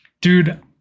Dude